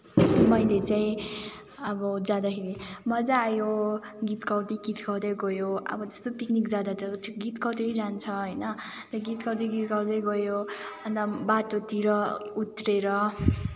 मैले चाहिँ अब जाँदाखेरि मजा आयो गीत गाउँदै गीत गाउँदै गयो अब जस्तो पिकनिक जाँदा त गीत गाउँदै जान्छ होइन त्यहाँ गीत गाउँदै गीत गाउँदै गयो अन्त बाटोतिर उत्रिएर